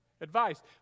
Advice